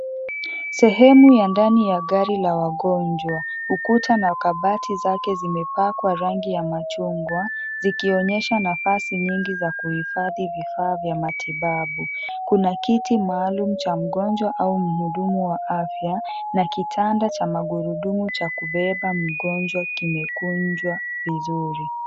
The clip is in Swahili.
Sehemu ya ndani ya gari la wagonjwa. Ukuta na kabati zake zimepakwa rangi ya machungwa zikionyesha nafasi nyingi za kuhifadhi vifaa vya matibabu. Kuna kiti maalumu cha mgonjwa au mhudumu wa afya na kitanda cha magurudumu cha kubeba mgonjwa kimekunjwa vizuri.